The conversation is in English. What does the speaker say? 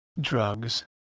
drugs